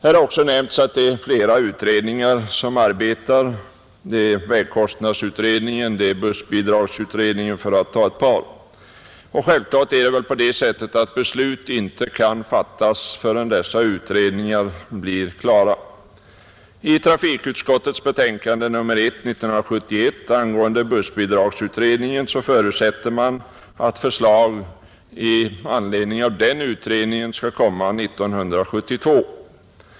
Här har också nämnts att flera utredningar arbetar — vägkostnadsutredningen och bussbidragsutredningen, för att nämna ett par. Beslut kan givetvis inte fattas förrän dessa utredningar blir klara. I trafikutskottets betänkande nr 1 i år angående bussbidragsutredningen förutsätter man att förslag i anledning av den utredningen skall läggas fram 1972.